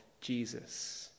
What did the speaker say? Jesus